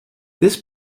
this